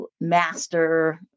master